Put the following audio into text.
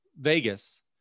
Vegas